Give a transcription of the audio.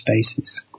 spaces